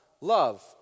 love